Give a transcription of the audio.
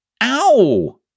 Ow